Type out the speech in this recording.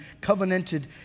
covenanted